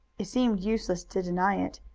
it seemed useless to deny it.